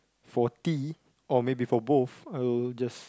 for tea or maybe for both I would just